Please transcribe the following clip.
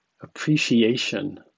appreciation